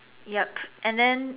yup and then